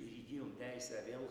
ir įgijom teisę vėl